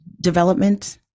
development